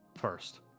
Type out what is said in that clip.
first